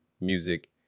music